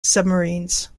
submarines